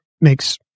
makes